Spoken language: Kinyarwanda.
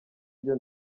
byo